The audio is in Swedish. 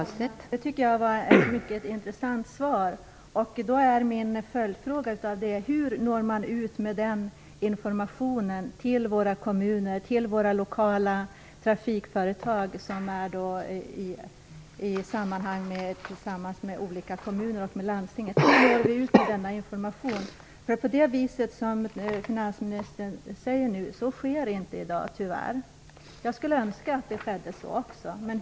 Fru talman! Det tycker jag var ett mycket intressant svar. Min följdfråga är: Hur når man ut med den informationen till kommunerna och lokala trafikföretag, tillsammans med olika kommuner och landsting? Hur når vi ut med denna information? Det sker tyvärr inte i dag på det viset som finansministern säger. Jag skulle önska att det skedde så.